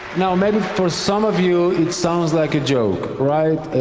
now maybe for some of you, it sounds like a joke, right?